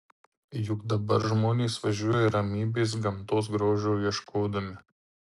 juk dabar žmonės važiuoja ramybės gamtos grožio ieškodami